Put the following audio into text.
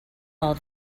all